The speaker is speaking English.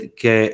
che